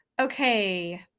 okay